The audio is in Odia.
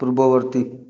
ପୂର୍ବବର୍ତ୍ତୀ